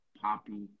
Poppy